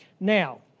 Now